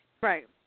right